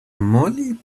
molly